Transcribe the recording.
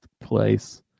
place